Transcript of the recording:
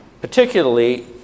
particularly